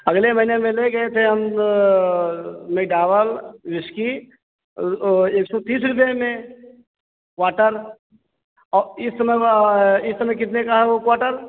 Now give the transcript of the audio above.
अगले महीने में ले गए थे हम मैकडॉवेल व्हिस्की वो एक सौ तीस रुपये में क्वार्टर और इस समय में इस समय कितने का है वह क्वार्टर